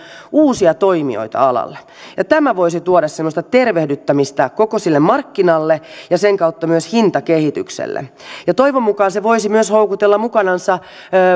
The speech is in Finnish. uusia toimijoita alalle ja tämä voisi tuoda semmoista tervehdyttämistä koko sille markkinalle ja sen kautta myös hintakehitykselle ja toivon mukaan se voisi myös houkutella mukanansa